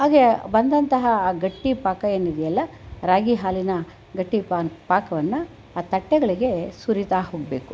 ಹಾಗೆ ಬಂದಂತಹ ಗಟ್ಟಿ ಪಾಕ ಏನಿದೆಯಲ್ಲ ರಾಗಿ ಹಾಲಿನ ಗಟ್ಟಿ ಪಾಕವನ್ನು ಆ ತಟ್ಟೆಗಳಿಗೆ ಸುರೀತಾಹೋಗಬೇಕು